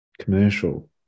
commercial